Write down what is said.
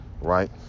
right